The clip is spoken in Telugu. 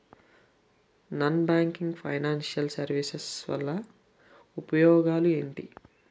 నాన్ బ్యాంకింగ్ ఫైనాన్షియల్ సర్వీసెస్ వల్ల ఉపయోగాలు ఎంటి?